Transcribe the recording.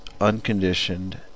unconditioned